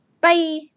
bye